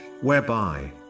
whereby